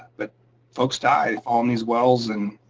but folks die on these wells. and